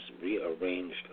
rearranged